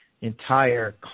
entire